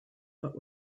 but